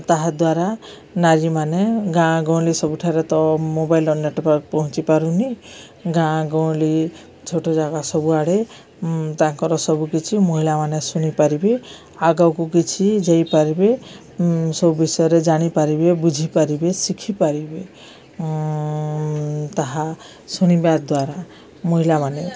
ତାହାଦ୍ୱାରା ନାରୀମାନେ ଗାଁ ଗହଳି ସବୁଠାରେ ତ ମୋବାଇଲ୍ର ନେଟୱାର୍କ ପହଞ୍ଚି ପାରୁନି ଗାଁ ଗହଳି ଛୋଟ ଜାଗା ସବୁଆଡ଼େ ତାଙ୍କର ସବୁକିଛି ମହିଳାମାନେ ଶୁଣିପାରିବେ ଆଗକୁ କିଛି ଯାଇପାରିବେ ସବୁ ବିଷୟରେ ଜାଣିପାରିବେ ବୁଝିପାରିବେ ଶିଖିପାରିବେ ତାହା ଶୁଣିବା ଦ୍ୱାରା ମହିଳାମାନେ